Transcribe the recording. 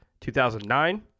2009